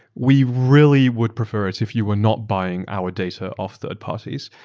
we really would prefer it if you were not buying our data off third parties.